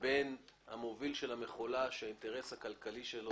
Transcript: בין המוביל של המכולה שהאינטרס הכלכלי שלו